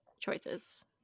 choices